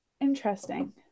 interesting